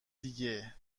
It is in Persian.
دیگه